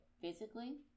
physically